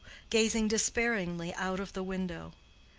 gazing despairingly out of the window.